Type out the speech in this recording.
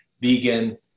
vegan